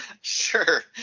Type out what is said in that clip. Sure